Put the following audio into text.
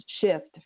shift